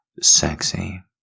sexy